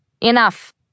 Enough